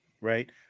Right